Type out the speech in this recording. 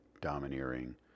domineering